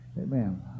amen